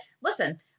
listen